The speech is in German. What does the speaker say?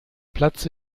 platz